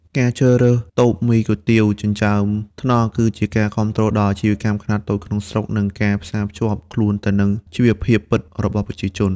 ការជ្រើសរើសតូបមីគុយទាវចិញ្ចើមថ្នល់ គឺជាការគាំទ្រដល់អាជីវកម្មខ្នាតតូចក្នុងស្រុក និងការផ្សារភ្ជាប់ខ្លួនទៅនឹងជីវភាពពិតរបស់ប្រជាជន។